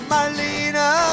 Marlena